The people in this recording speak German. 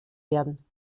werden